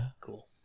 Cool